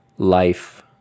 Life